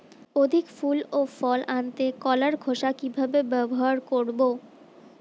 অধিক ফুল ও ফল আনতে কলার খোসা কিভাবে ব্যবহার করব?